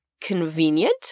convenient